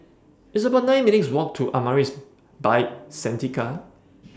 It's about nine minutes' Walk to Amaris By Santika